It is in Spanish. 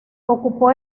ocupó